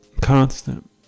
constant